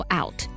out